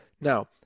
Now